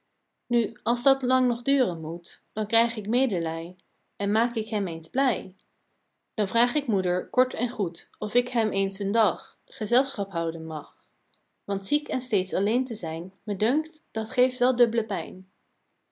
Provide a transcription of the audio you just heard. nu als dat lang nog duren moet dan krijg ik medelij en maak ik hem eens blij dan vraag ik moeder kort en goed of ik hem eens een dag gezelschap houden mag want ziek en steeds alleen te zijn me dunkt dat geeft wel dubb'le pijn